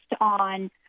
on